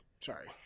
Sorry